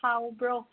ꯍꯥꯎꯕ꯭ꯔꯣ